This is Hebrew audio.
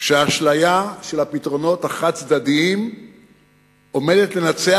שהאשליה של הפתרונות החד-צדדיים עומדת לנצח,